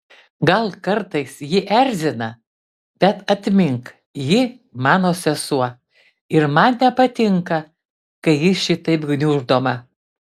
gal kartais ji erzina bet atmink ji mano sesuo ir man nepatinka kai ji šitaip gniuždoma